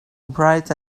bright